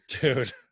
Dude